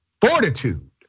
fortitude